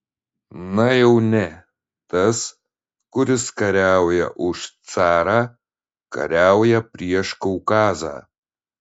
na jau ne tas kuris kariauja už carą kariauja prieš kaukazą